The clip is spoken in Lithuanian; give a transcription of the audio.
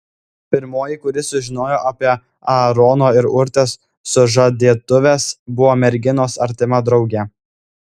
pirmoji kuri sužinojo apie aarono ir urtės sužadėtuves buvo merginos artima draugė